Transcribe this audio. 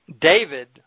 David